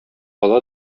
ала